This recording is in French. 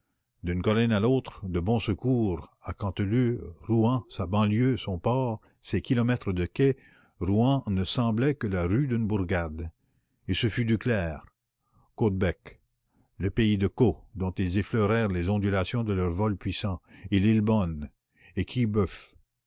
d'une colline à l'autre de bon-secours à canteleu rouen sa banlieue son port ses kilomètres de quais rouen ne sembla que la rue d'une bourgade et ce fut duclair caudebec le pays de caux dont ils effleurèrent les ondulations de leur vol puissant et lillebonne et